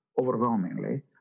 overwhelmingly